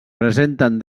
presenten